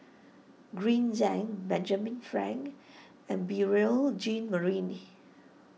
Green Zeng Benjamin Frank and Beurel Jean Marie